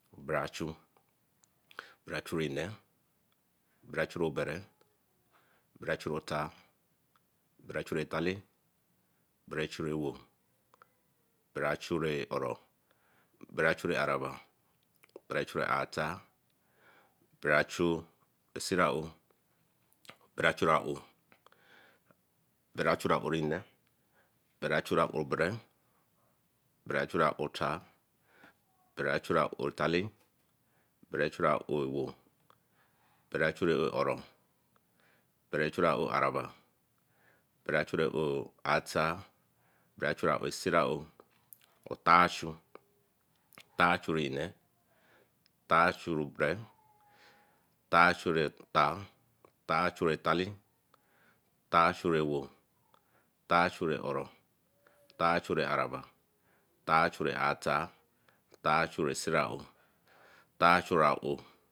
Bra chu, bra chhu nne, bra chu obere, bra chui otar, bra chu otale, bra chu ewo, bra chu beh oro, bra chu beh aowe, bra chu beh artar, bra chu simou, bra chu aowe, bra chu beh ore nne, bra chu beh bere, bra chu aowe tar, bra chu aowetale, bra chu aowe ewo, bra chu aowe oro, bra chhu aowe arabe bar chu aowe atar, bra chu aowe sirao otachu, otchu nne, otachu bra, otachu otar, otachu otale, otachu ewo, otachu oro, otachu araba, otachu artar, otachu siraou, otachu aowe